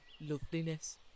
loveliness